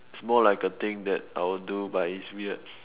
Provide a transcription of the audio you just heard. it's more like a thing that I'll do but it's weird